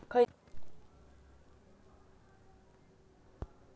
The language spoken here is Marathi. खयचो प्राणी पाळलो तर माका जास्त फायदो होतोलो?